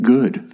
Good